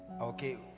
Okay